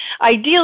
ideally